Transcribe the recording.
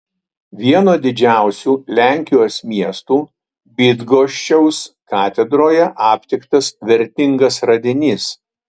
vieno didžiausių lenkijos miestų bydgoščiaus katedroje aptiktas vertingas radinys